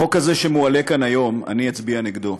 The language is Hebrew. החוק הזה שמועלה כאן היום, אני אצביע נגדו.